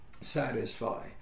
satisfy